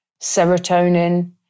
serotonin